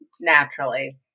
naturally